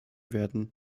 werden